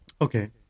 Okay